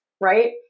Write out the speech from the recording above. right